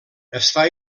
està